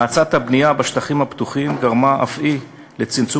האצת הבנייה בשטחים הפתוחים גרמה אף היא לצמצום